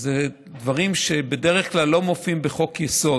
זה דברים שבדרך כלל לא מופיעים בחוק-יסוד,